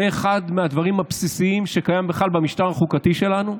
זה אחד מהדברים הבסיסיים שקיימים בכלל במשטר החוקתי שלנו.